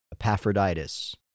Epaphroditus